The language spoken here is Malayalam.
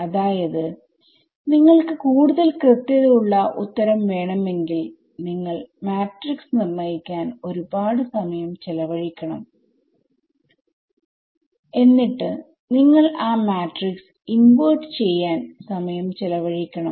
അതായത്നിങ്ങൾക്ക് കൂടുതൽ കൃത്യത ഉള്ള ഉത്തരം വേണമെങ്കിൽ നിങ്ങൾ മാട്രിക്സ് നിർണ്ണയിക്കാൻ ഒരു പാട് സമയം ചിലവഴിക്കണം എന്നിട്ട് നിങ്ങൾ ആ മാട്രിക്സ് ഇൻവെർട്ട് ചെയ്യാൻ സമയം ചിലവഴിക്കണം